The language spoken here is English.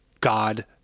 God